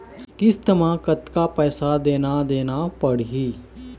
किस्त म कतका पैसा देना देना पड़ही?